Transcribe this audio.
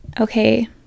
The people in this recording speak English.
Okay